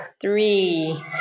three